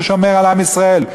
ששומר על עם ישראל,